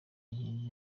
inkingi